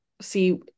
see